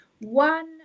one